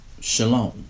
Shalom